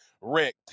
wrecked